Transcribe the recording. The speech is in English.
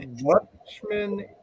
Watchmen